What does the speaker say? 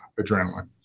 adrenaline